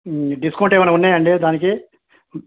discount ఏవైనా ఉన్నాయా అండి దానికి